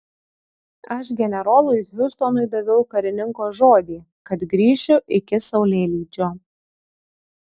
aš generolui hiustonui daviau karininko žodį kad grįšiu iki saulėlydžio